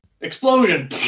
Explosion